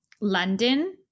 London